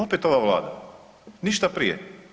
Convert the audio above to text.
Opet ova Vlada, ništa prije.